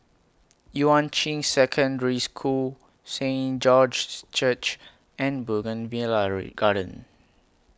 Yuan Ching Secondary School Saint George's Church and Garden